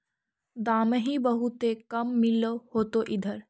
दमाहि बहुते काम मिल होतो इधर?